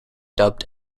dubbed